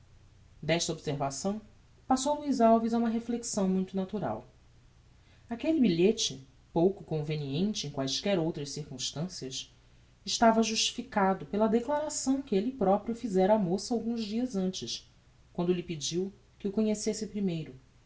desta observação passou luiz alves a uma reflexão muito natural aquelle bilhete pouco conveniente em quaesquer outras circumstancias estava justificado pela declaração que elle proprio fizera á moça alguns dias antes quando lhe pediu que o conhecesse primeiro